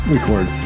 Record